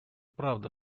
правда